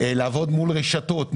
לעבוד מול רשתות,